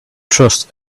trust